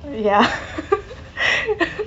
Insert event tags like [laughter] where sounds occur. ya [noise]